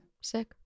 Sick